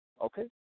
Okay